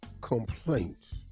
complaints